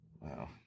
Wow